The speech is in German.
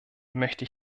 möchte